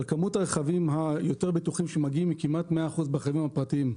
על כמות הרכבים היותר בטוחים שמגיעים לכ-100% ברכבים הפרטיים,